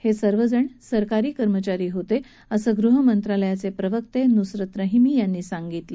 हे सर्व जण सरकारी कर्मचारी होते असं गृह मंत्रालयाचे प्रवक्ते न्सरत रहिमी यांनी सांगितलं